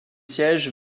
sièges